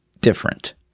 different